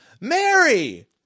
Mary